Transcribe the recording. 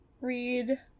read